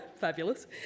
fabulous